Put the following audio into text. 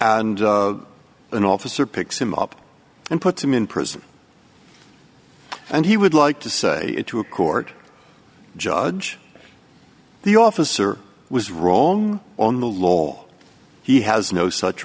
and an officer picks him up and put him in prison and he would like to say to a court judge the officer was wrong on the law he has no such